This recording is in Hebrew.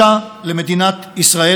סבי יהודה קיל, עליו השלום, בפירושו "דעת מקרא",